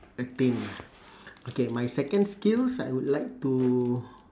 attain okay my second skills I would like to